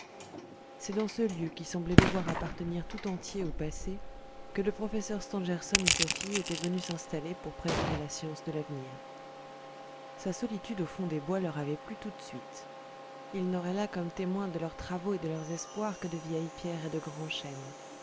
c'est dans ce lieu qui semblait devoir appartenir tout entier au passé que le professeur stangerson et sa fille étaient venus s'installer pour préparer la science de l'avenir sa solitude au fond des bois leur avait plu tout de suite ils n'auraient là comme témoins de leurs travaux et de leurs espoirs que de vieilles pierres et de grands chênes